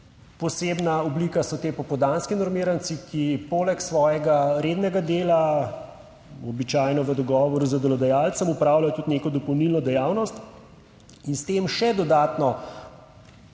posebna oblika so ti popoldanski normiranci, ki poleg svojega rednega dela običajno v dogovoru z delodajalcem opravljajo tudi neko dopolnilno dejavnost in s tem še dodatno